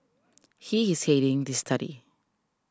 he is heading this study